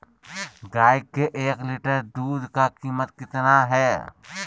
गाय के एक लीटर दूध का कीमत कितना है?